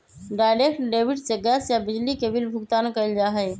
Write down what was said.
direct debit से gas या बिजली के बिल भुगतान कइल जा हई